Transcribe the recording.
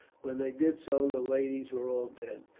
when they did so the ladies were all dead,